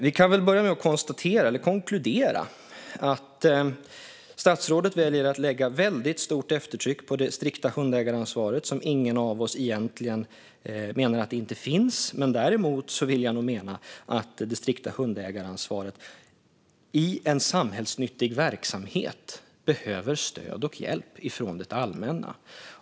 Vi kan väl börja med att konkludera att statsrådet väljer att lägga väldigt stort eftertryck på det strikta hundägaransvaret, som ingen av oss egentligen menar att det inte finns. Däremot vill jag nog mena att det strikta hundägaransvaret i en samhällsnyttig verksamhet behöver stöd och hjälp från det allmänna.